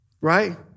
right